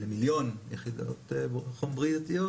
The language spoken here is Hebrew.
למיליון יחידות חום בריטיות,